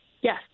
Yes